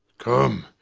come!